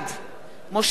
משה יעלון,